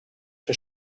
der